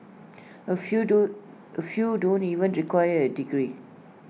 A few do A few don't even require A degree